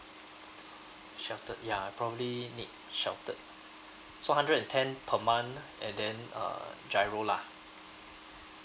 sheltered ya I probably need sheltered so hundred ten per month and then uh giro lah